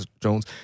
Jones